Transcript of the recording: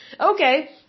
okay